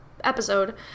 episode